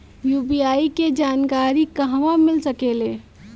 UPI के जानकारी कहवा मिल सकेले?